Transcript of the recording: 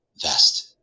vest